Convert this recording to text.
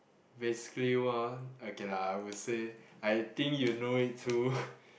basically one okay lah I would say I think you know it too